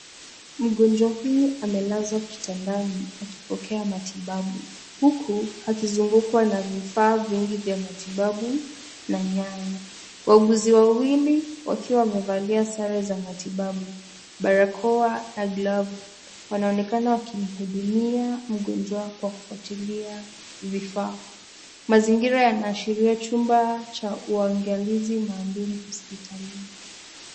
Mgonjwa huyu amelazwa kitandani akipokea matibabu huku akizungukwa na vifaa vingi vya matibabu na nyayo. Wauguzi wawili wakiwa wamevalia sare za matibabu, barakoa na glavu wanaonekana wakimhudumia mgonjwa kwa kufuatilia vifaa. Mazingira yanaashiria chumba cha uangalizi maalum hospitalini.